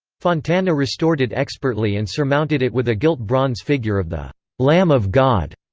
fontana restored it expertly and surmounted it with a gilt-bronze figure of the lamb of god.